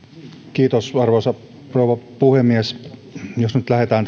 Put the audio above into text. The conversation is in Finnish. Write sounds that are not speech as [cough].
kiitos arvoisa rouva puhemies jos nyt lähdetään [unintelligible]